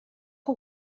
que